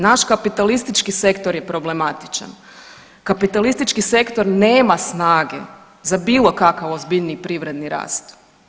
Naš kapitalistički sektor je problematičan, kapitalistički sektor nema snage za bilo kakav ozbiljniji privredni rast.